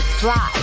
fly